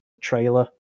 trailer